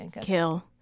kill